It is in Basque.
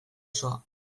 osoa